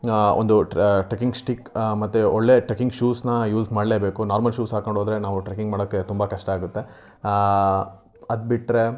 ಒಂದು trekking stick ಮತ್ತು ಒಳ್ಳೆಯ ಟ್ರೆಕ್ಕಿಂಗ್ ಶೂಸ್ನಾ ಯೂಸ್ ಮಾಡಲೇಬೇಕು ನಾರ್ಮಲ್ ಶೂಸ್ ಹಾಕ್ಕೊಂಡು ಹೋದರೆ ನಾವು ಟ್ರೆಕ್ಕಿಂಗ್ ಮಾಡೋಕ್ಕೆ ತುಂಬ ಕಷ್ಟ ಆಗುತ್ತೆ ಅದು ಬಿಟ್ಟರೆ